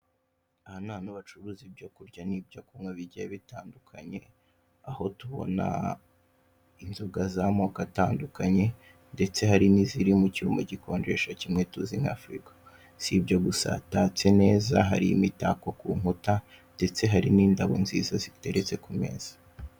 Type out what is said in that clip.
Aha n'ahantu bacuruza ibyo kurya n'ibyo kunywa bigiye bitandukanye ,aho tubona inzoga z'amoko atandukanye , ndetse hari niziri mucyuma gikonjesha kimwe tuzi nka firigo ,sibyo gusa hatatse neza har' imitako ku nkuta, ndetse hari n'indabo nziza ziteretse ku meza.